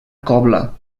cobla